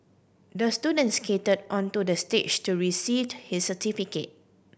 the student skated onto the stage to received his certificate